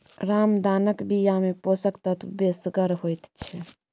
रामदानाक बियामे पोषक तत्व बेसगर होइत छै